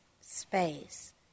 space